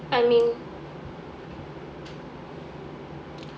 I mean